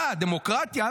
אתה דמוקרטיה?